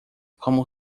como